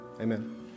Amen